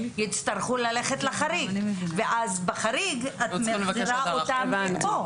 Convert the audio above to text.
יצטרכו ללכת לחריג ואז בחריג את מחזירה אותם לכאן.